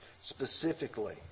specifically